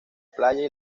playa